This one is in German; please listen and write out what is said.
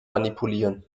manipulieren